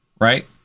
Right